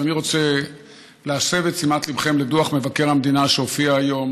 אז אני רוצה להסב את תשומת ליבכם לדוח מבקר המדינה שהופיע היום,